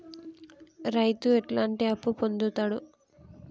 రైతు ఎట్లాంటి అప్పు పొందుతడు?